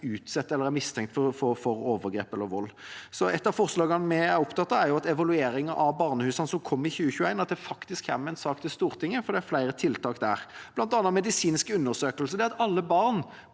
for eller er mistenkt for overgrep eller vold. Et av forslagene vi er opptatt av, gjelder evalueringen av barnehusene som kom i 2021 – at det kommer en sak til Stortinget, for det er flere tiltak der, bl.a. medisin ske undersøkelser, det at alle barn